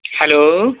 hello